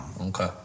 Okay